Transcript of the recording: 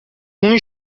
اون